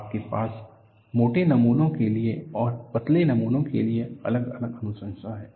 आपके पास मोटे नमूनों के लिए और पतले नमूनों के लिए अलग अलग अनुशंसा हैं